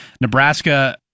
Nebraska